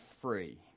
free